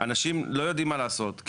- אנשים לא יודעים מה לעשות.